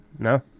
No